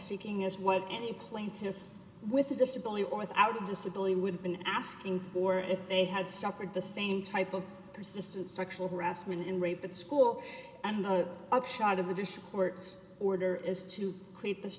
seeking is what any plaintiffs with a disability or without a disability would have been asking for if they had suffered the same type of persistent sexual harassment and rape at school and the upshot of this court's order is to create this